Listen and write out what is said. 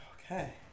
Okay